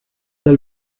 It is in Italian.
dal